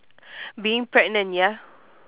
being pregnant ya